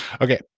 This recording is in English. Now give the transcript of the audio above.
okay